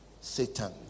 Satan